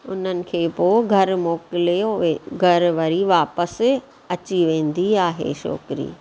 उन्हनि खे पोइ घरु मोकिले उहे घरु वरी वापसि अची वेंदी आहे छोकिरी